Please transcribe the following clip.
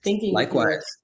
Likewise